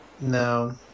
No